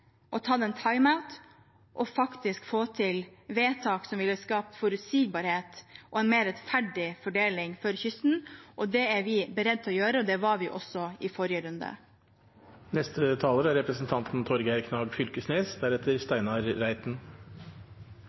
og faktisk fått til vedtak som ville skape forutsigbarhet og en mer rettferdig fordeling for kysten. Det er vi beredt til å gjøre, og det var vi også i forrige runde.